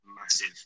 massive